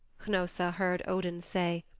hnossa heard odin say,